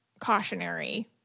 cautionary